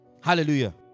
Hallelujah